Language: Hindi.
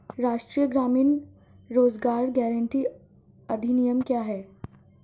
राष्ट्रीय ग्रामीण रोज़गार गारंटी अधिनियम क्या है?